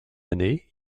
année